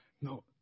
No